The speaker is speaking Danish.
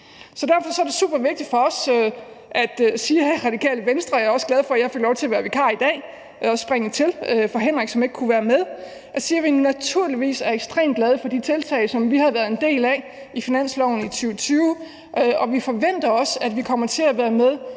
Derfor er det super vigtigt for os her i Radikale Venstre at sige – og jeg er også glad for, at jeg fik lov til at være vikar i dag og springe til for Henrik Vinther, som ikke kunne være med – at vi naturligvis er ekstremt glade for de tiltag, som vi var en del af i finansloven i 2020. Og vi forventer også, at vi kommer til at være med